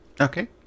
Okay